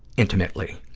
intimately.